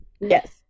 Yes